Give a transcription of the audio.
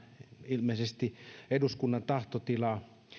ilmeisesti eduskunnan tahtotilaa